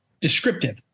descriptive